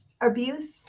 abuse